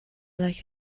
like